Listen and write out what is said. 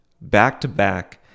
back-to-back